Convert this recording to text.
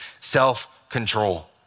self-control